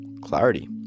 clarity